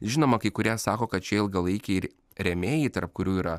žinoma kai kurie sako kad šie ilgalaikiai rėmėjai tarp kurių yra